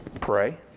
Pray